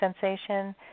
sensation